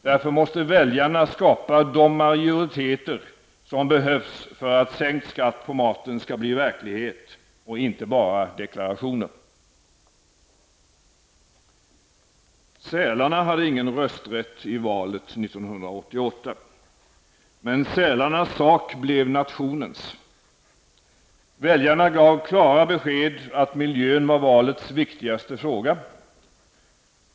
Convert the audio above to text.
Därför måste väljarna skapa de majoriteter som behövs för att sänkt skatt på maten ska bli verklighet, inte bara deklarationer. Sälarna hade ingen rösträtt i valet 1988, men sälarnas sak blev nationens. Väljarna gav klara besked att miljön var valets viktigaste fråga.